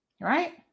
Right